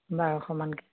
বাৰশ মানকে